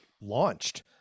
launched